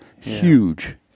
huge